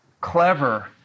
clever